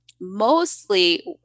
Mostly